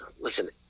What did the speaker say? listen